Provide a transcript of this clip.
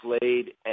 played